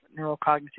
neurocognitive